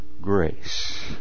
grace